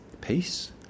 peace